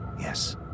Yes